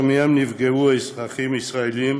ונפגעים מהן אזרחים ישראלים.